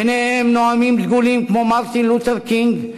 בהם נואמים דגולים כמו מרטין לותר קינג,